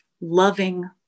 loving